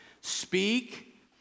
Speak